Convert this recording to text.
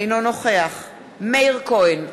אינו נוכח מאיר כהן,